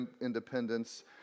Independence